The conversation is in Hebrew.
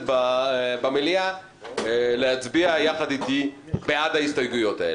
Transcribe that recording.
במליאה להצביע יחד איתי בעד ההסתייגויות האלה.